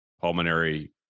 Pulmonary